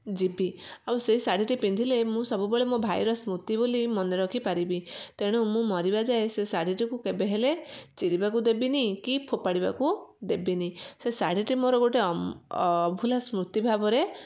ଯିବି ଆଉ ସେ ଶାଢ଼ୀଟି ପିନ୍ଧିଲେ ମୁଁ ସବୁବେଳେ ମୋ ଭାଇର ସ୍ମୃତି ବୋଲି ମନେ ରଖିପାରିବି ତେଣୁ ମୁଁ ମରିବା ଯାଏଁ ସେ ଶାଢ଼ୀ ଟିକୁ କେବେହେଲେ ଚିରିବାକୁ ଦେବିନି କି ଫୋପାଡ଼ିବାକୁ ଦେବିନି ସେ ଶାଢ଼ୀଟି ମୋର ଗୋଟେ ଅମ୍ ଅଭୁଲା ସ୍ମୃତି ଭାବରେ